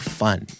fun